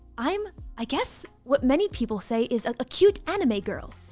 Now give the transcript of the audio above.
i'm i guess what many people say is a cute anime girl,